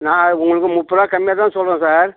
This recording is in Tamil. நான் உங்களுக்கு முப்பது ரூவா கம்மியாக தான் சொல்கிறேன் சார்